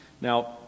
Now